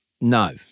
No